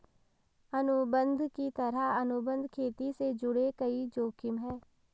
अनुबंध की तरह, अनुबंध खेती से जुड़े कई जोखिम है